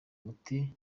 umuti